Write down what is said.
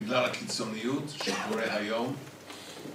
בגלל הקיצוניות שקורה היום